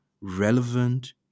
relevant